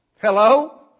Hello